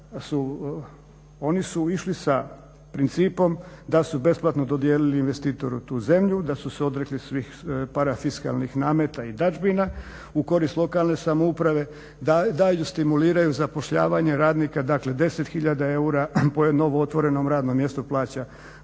oni su išli sa principom da su besplatno dodijelili investitoru tu zemlju, da su se odrekli svih parafiskalnih nameta i dadžbina u korist lokalne samouprave. Dalje stimuliraju zapošljavanje radnika, dakle 10 tisuća eura po novo otvorenom radnom mjestu plaća